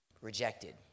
Rejected